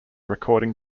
recording